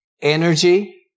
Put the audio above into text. energy